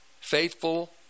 faithful